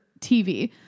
tv